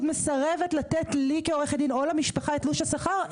מסרבת לתת לי כעורכת דין או למשפחה את תלוש השכר,